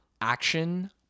action